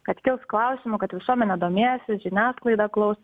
kad kils klausimų kad visuomenė domėsis žiniasklaida klaus